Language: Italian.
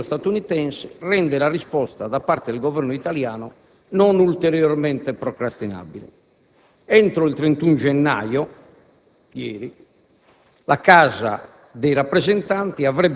parlamentari interni all'ordinamento statunitense rende la risposta da parte del Governo italiano non ulteriormente procrastinabile. Entro il 31 gennaio, ieri,